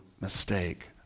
mistake